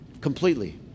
Completely